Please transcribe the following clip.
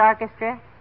Orchestra